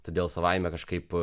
todėl savaime kažkaip